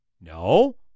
No